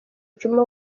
djuma